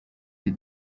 die